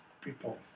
people